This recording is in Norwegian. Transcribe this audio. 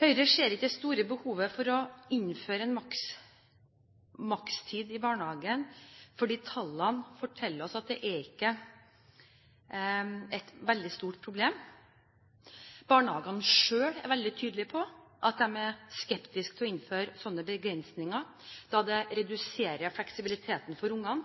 Høyre ser ikke det store behovet for å innføre en makstid i barnehagen, fordi tallene forteller oss at det ikke er et veldig stort problem. Barnehagene selv er veldig tydelige på at de er skeptiske til å innføre slike begrensninger, da det reduserer den fleksibiliteten barna,